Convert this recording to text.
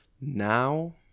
now